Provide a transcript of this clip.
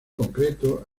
concreto